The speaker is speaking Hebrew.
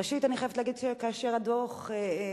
ראשית אני חייבת להגיד שכאשר הדוח מתפרסם,